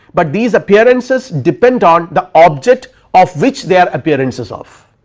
but these appearances depend on the object of which they are appearances of